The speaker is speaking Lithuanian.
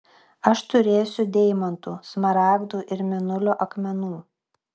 aš turėsiu deimantų smaragdų ir mėnulio akmenų